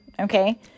Okay